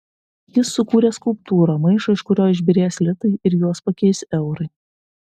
jis sukūrė skulptūrą maišą iš kurio išbyrės litai ir juos pakeis eurai